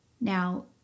Now